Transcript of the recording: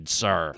sir